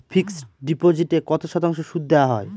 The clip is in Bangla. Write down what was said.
ফিক্সড ডিপোজিটে কত শতাংশ সুদ দেওয়া হয়?